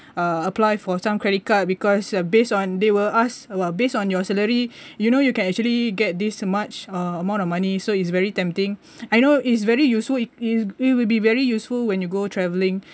uh apply for some credit card because based on they will ask about based on your salary you know you can actually get this much uh amount of money so it's very tempting I know is very useful if it will be very useful when you go travelling